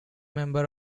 member